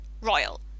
royal